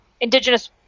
indigenous